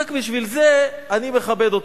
רק בשביל זה אני מכבד אותו.